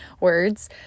words